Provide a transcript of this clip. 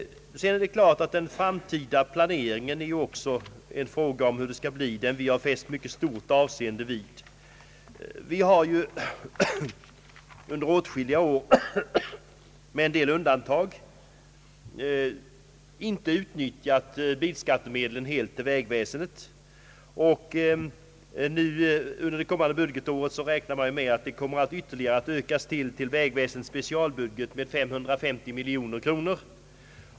Den framtida planeringen har vi också fäst mycket stort avseende vid. Under åtskilliga år, med vissa undantag, har bilskattemedlen inte utnyttjats helt för vägväsendet. För det kommande budgetåret räknar man med att vägväsendets specialbudget kommer att tillföras ytterligare 550 miljoner kronor.